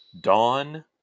Dawn